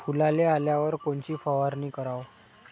फुलाले आल्यावर कोनची फवारनी कराव?